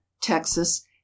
Texas